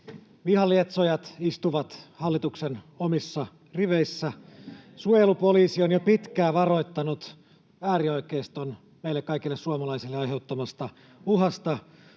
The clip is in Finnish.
Vihanlietsojat istuvat hallituksen omissa riveissä. Suojelupoliisi on jo pitkään varoittanut äärioikeiston meille kaikille suomalaisille aiheuttamasta uhasta,